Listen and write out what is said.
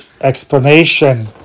explanation